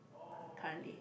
currently